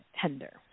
tender